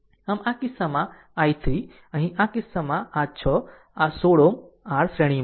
આમ આ કિસ્સામાં i3 અહીં આ કિસ્સામાં આ 6 આ 16 Ω r શ્રેણીમાં છે